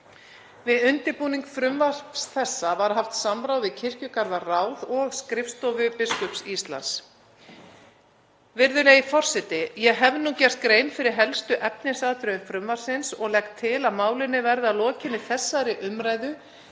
Við undirbúning frumvarps þessa var haft samráð við kirkjugarðaráð og skrifstofu biskups Íslands. Virðulegi forseti. Ég hef nú gert grein fyrir helstu efnisatriðum frumvarpsins og legg til að málinu verði að lokinni þessari umræðu